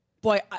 Boy